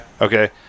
Okay